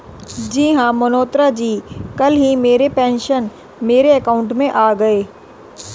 जी हां मल्होत्रा जी कल ही मेरे पेंशन मेरे अकाउंट में आ गए